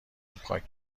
پاک